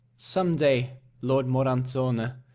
some day, lord moranzone,